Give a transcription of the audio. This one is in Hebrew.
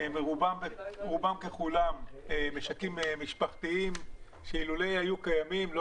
רובם ככולם משקים משפחתיים שאילולא היו קיימים לא